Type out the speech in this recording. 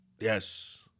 Yes